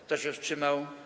Kto się wstrzymał?